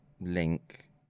link